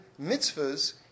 mitzvahs